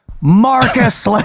Marcus